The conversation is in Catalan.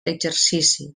exercici